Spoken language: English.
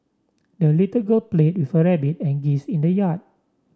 the little girl played with her rabbit and geese in the yard